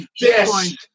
yes